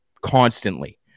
constantly